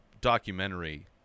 documentary